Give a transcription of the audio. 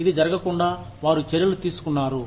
ఇది జరగకుండా వారు చర్యలు తీసుకున్నారు